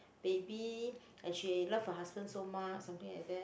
baby and she love her husband so much something like that